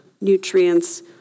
nutrients